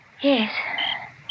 Yes